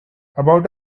about